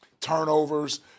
Turnovers